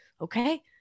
okay